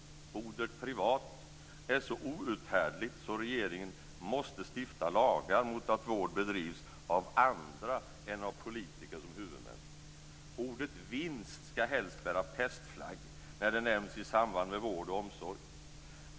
Ordet privat är så outhärdligt att regeringen måste stifta lagar mot att vård bedrivs av andra än av politiker som huvudmän. Ordet vinst ska helst bära pestflagg när det nämns i samband med vård och omsorg.